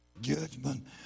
judgment